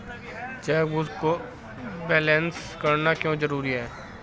Chequebook को balance करना क्यों जरूरी है?